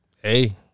Hey